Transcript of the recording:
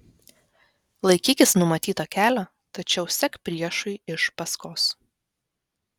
laikykis numatyto kelio tačiau sek priešui iš paskos